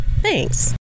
Thanks